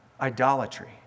Idolatry